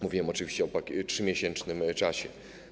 Mówiłem oczywiście o 3-miesięcznym czasie.